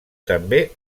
també